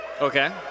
Okay